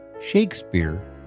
Shakespeare